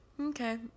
okay